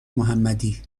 محمدی